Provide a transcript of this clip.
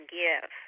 give